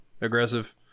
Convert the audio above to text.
aggressive